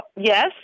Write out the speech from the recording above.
yes